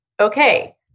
Okay